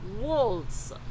walls